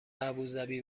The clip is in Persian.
ابوذبی